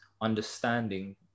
understanding